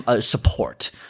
support